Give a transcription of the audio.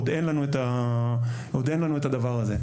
עוד אין לנו את הדבר הזה.